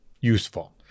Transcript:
useful